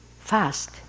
fast